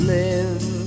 live